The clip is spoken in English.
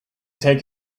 take